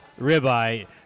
ribeye